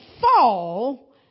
fall